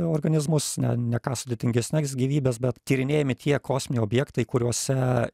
organizmus ne ne ką sudėtingesnes gyvybes bet tyrinėjami tie kosminiai objektai kuriuose